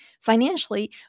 financially